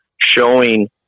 showing